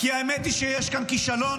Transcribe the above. האמת היא שיש כאן כישלון,